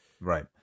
right